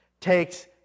takes